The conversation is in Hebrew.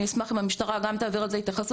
אני אשמח אם המשטרה גם תעביר על זה התייחסות,